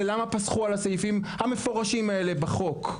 למה פסחו על הסעיפים המפורשים האלה בחוק?